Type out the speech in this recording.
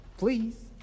Please